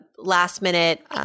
last-minute